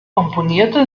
komponierte